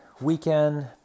weekend